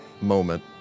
moment